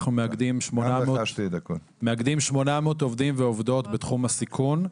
אנחנו מאגדים 800 עובדים ועובדות בתחום הסיכון.